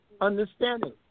understanding